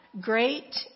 great